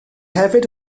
hefyd